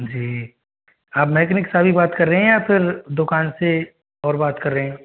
जी हाँ मैकेनिक साहब ही बात कर रहे हैं या फिर दुकान से और बात कर रहे हैं